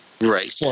Right